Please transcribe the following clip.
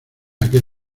aquel